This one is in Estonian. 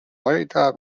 valida